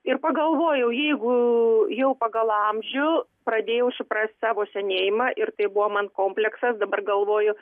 ir pagalvojau jeigu jau pagal amžių pradėjau suprast savo senėjimą ir tai buvo man kompleksas dabar galvoju